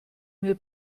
mir